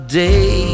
day